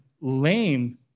lame